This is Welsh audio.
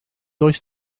does